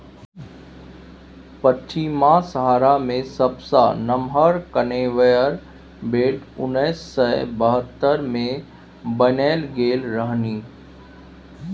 पछिमाहा सहारा मे सबसँ नमहर कन्वेयर बेल्ट उन्नैस सय बहत्तर मे बनाएल गेल रहनि